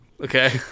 Okay